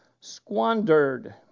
squandered